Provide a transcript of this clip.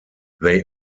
they